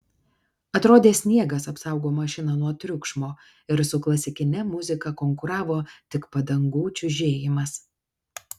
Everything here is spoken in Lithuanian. atrodė sniegas apsaugo mašiną nuo triukšmo ir su klasikine muzika konkuravo tik padangų čiužėjimas